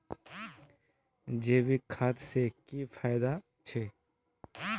जैविक खाद से की की फायदा छे?